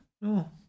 No